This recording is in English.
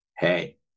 hey